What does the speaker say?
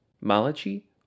Malachi